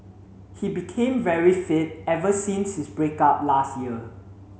he became very fit ever since his break up last year